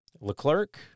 Leclerc